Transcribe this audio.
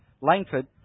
Langford